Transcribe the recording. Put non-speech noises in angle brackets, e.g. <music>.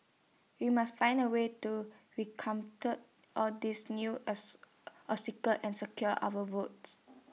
we must find A way to <unintelligible> all these new <unintelligible> obstacles and secure our votes